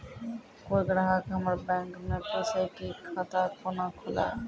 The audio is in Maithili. कोय ग्राहक हमर बैक मैं पुछे की खाता कोना खोलायब?